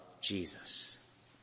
Jesus